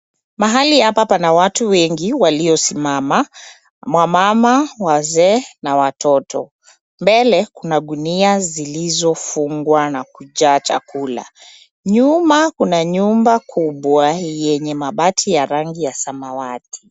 Mahali hapa Pana watu wengi waliosimama. Wamama, wazee na watoto .mbele Kuna gunia zilizofungwa na kujaa chakula ,nyuma Kuna nyumba kubwa yenye mabati ya rangi ya samawati